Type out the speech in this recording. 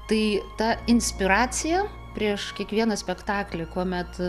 tai ta inspiracija prieš kiekvieną spektaklį kuomet